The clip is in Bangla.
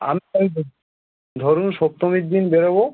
আমি ধরুন সপ্তমীর দিন বেরবো